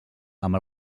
amb